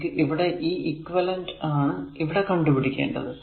നമുക്ക് ഇവിടെ ഈ ഇക്വിവലെന്റ് ആണ് ഇവിടെ കണ്ടു പിടിക്കേണ്ടത്